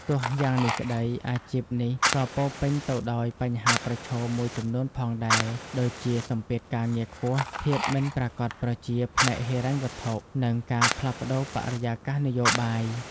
ទោះយ៉ាងនេះក្ដី អាជីពនេះក៏ពោរពេញទៅដោយ បញ្ហាប្រឈម មួយចំនួនផងដែរ ដូចជាសម្ពាធការងារខ្ពស់ ភាពមិនប្រាកដប្រជាផ្នែកហិរញ្ញវត្ថុ និងការផ្លាស់ប្តូរបរិយាកាសនយោបាយ។